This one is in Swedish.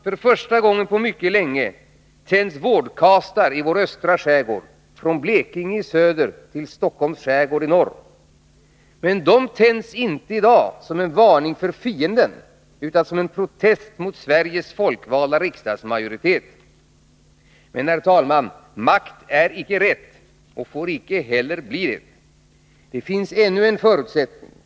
För första gången på mycket mycket länge tänds vårdkasar i vår östra skärgård, från Blekinge i söder till Stockholms skärgård i norr. Men de tänds i dag inte såsom en varning för fienden utan såsom en protest mot Sveriges folkvalda riksdagsmajoritet. Men makt är icke rätt och får icke heller blir det.